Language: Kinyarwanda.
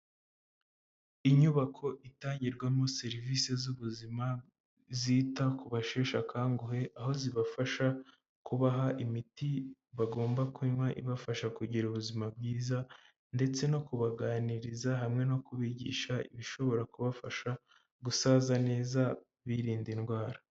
Inyubako itangirwamo serivisi z'ubuzima, zita ku basheshe akanguhe, aho zibafasha kubaha imiti bagomba kunywa ibafasha kugira ubuzima bwiza ndetse no kubaganiriza hamwe no kubigisha ibishobora kubafasha gusaza neza birinda indwara.